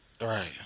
Right